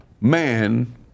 man